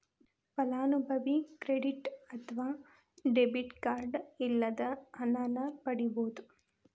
ಫಲಾನುಭವಿ ಕ್ರೆಡಿಟ್ ಅತ್ವ debit card ಇಲ್ಲದ ಹಣನ ಪಡಿಬೋದ್